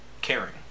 caring